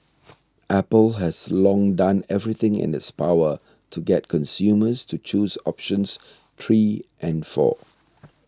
apple has long done everything in its power to get consumers to choose options three and four